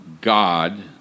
God